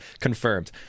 Confirmed